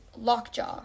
Lockjaw